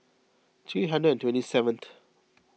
three hundred and twenty seventh